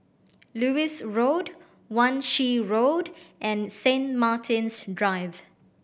Lewis Road Wan Shih Road and Saint Martin's Drive